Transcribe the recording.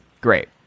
Great